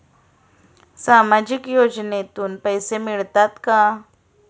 सामाजिक योजनेतून पैसे मिळतात का?